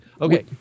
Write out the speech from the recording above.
Okay